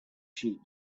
sheep